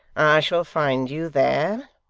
shall find you there